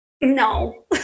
no